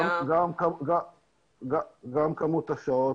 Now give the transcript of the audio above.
גם כמות השעות.